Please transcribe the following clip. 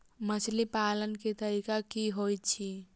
मछली पालन केँ तरीका की होइत अछि?